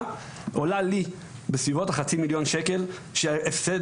עולה לי בסביבות החצי מיליון שקל הפסד.